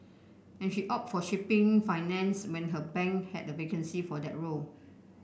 and she opted for shipping financing when her bank had a vacancy for that role